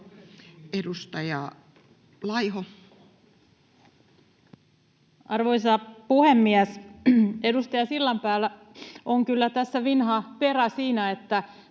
Content: Arvoisa puhemies! Edustaja Sillanpäällä on kyllä vinha perä siinä, että